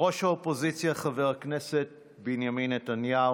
ראש האופוזיציה חבר הכנסת בנימין נתניהו,